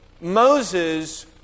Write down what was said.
Moses